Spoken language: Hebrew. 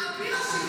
אביר השלטון.